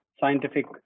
scientific